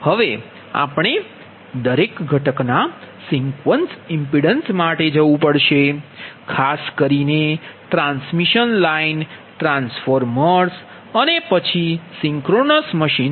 તેથી હવે આપણે દરેક ઘટકના સિક્વન્સ ઇમ્પિડન્સ માટે જવું પડશે ખાસ કરીને ટ્રાન્સમિશન લાઇન ટ્રાન્સફોર્મર્સ પછી સિંક્રનસ મશીન